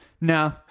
No